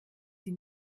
sie